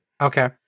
Okay